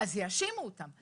יאשים אותם,